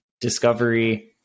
discovery